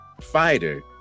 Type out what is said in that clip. fighter